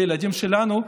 לילדים שלנו,